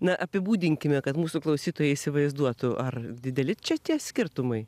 na apibūdinkime kad mūsų klausytojai įsivaizduotų ar dideli čia tie skirtumai